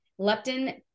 leptin